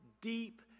deep